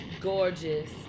Gorgeous